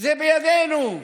זה בידינו,